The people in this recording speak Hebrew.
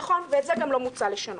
נכון, ואת זה גם לא מוצע לשנות.